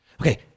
Okay